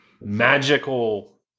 magical